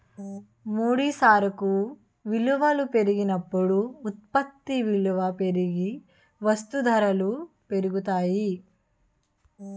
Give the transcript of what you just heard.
ముడి సరుకు విలువల పెరిగినప్పుడు ఉత్పత్తి విలువ పెరిగి వస్తూ ధరలు పెరుగుతాయి